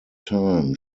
time